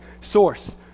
source